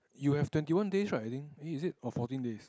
you have twenty one days right I think eh is it or fourteen days